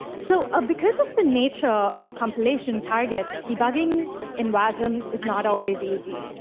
so ah because of the nature of compilation targets, debugging in wasm is not always easy.